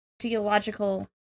geological